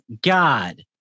God